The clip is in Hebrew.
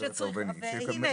הנה,